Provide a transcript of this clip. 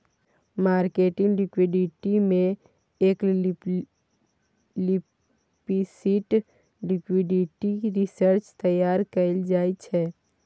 marketing liquidity में explicit liquidity reserve तैयार कएल जाइ छै